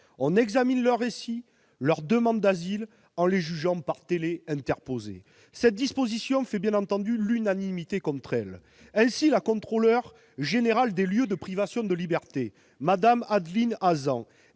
et examiner leur demande d'asile à distance, par écran interposé ... Cette disposition fait, bien entendu, l'unanimité contre elle. Ainsi, la Contrôleur général des lieux de privation de liberté, Mme Adeline Hazan,